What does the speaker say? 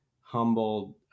humbled